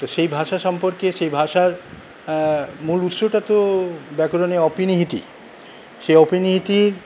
তো সেই ভাষা সম্পর্কে সেই ভাষার আ মূল উৎসটা তো ব্যাকরণে অপিনিহিতি সেই অপিনিহিতির